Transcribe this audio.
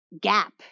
gap